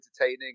entertaining